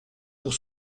pour